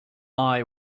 eye